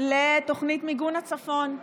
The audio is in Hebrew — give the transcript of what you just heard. לתוכנית מיגון הצפון,